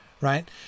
Right